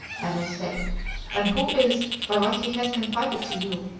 i may say and who is, by what he has confided to you,